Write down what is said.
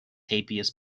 habeas